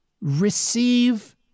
receive